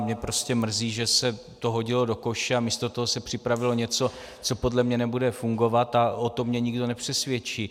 Mě prostě mrzí, že se to hodilo do koše a místo toho se připravilo něco, co podle mě nebude fungovat, a o tom mě nikdo nepřesvědčí.